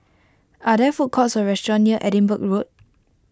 are there food courts or restaurants near Edinburgh Road